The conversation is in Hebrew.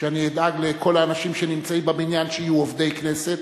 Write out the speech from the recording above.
שאני אדאג לכל האנשים שנמצאים בבניין שיהיו עובדי הכנסת,